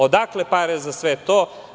Odakle pare za sve to?